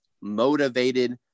Motivated